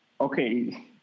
Okay